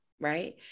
right